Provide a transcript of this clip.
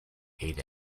ate